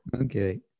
Okay